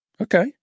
Okay